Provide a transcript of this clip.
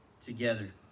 together